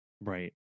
right